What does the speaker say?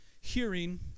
hearing